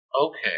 Okay